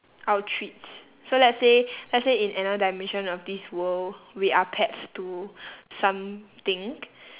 our treats so let's say let's say in another dimension of this world we are pets to something